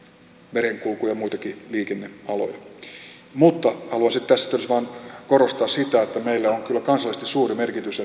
merenkulkualaa ja muitakin liikennealoja mutta haluaisin tässä yhteydessä vain korostaa sitä että meillä on kyllä kansallisesti suuri merkitys